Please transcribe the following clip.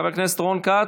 חבר הכנסת רון כץ,